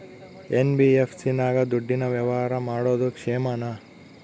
NBFC ನಾಗ ದುಡ್ಡಿನ ವ್ಯವಹಾರ ಮಾಡೋದು ಕ್ಷೇಮಾನ?